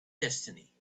destiny